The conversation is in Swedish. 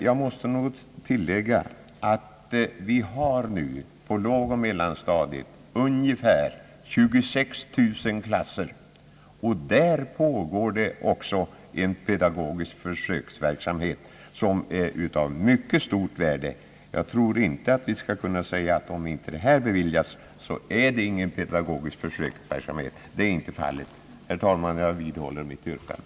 Jag måste emellertid då understryka att vi nu på lågoch mellanstadiet har ungefär 26 000 klasser och även i dem pågår en pedagogisk försöksverksamhet av stort värde. Ingen kan därför påstå att om inte detta anslag beviljas har vi ingen pedagogisk försöksverksamhet. Så är inte fallet. Herr talman! Jag vidhåller mitt tidigare yrkande.